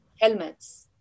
helmets